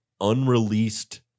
unreleased